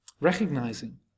recognizing